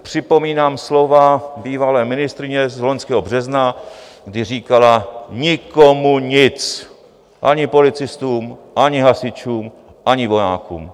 Připomínám slova bývalé ministryně z loňského března, kdy říkala: nikomu nic, ani policistům, ani hasičům, ani vojákům.